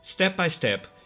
Step-by-step